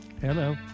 Hello